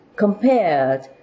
Compared